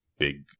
big